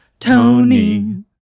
Tony